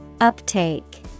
Uptake